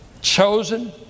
chosen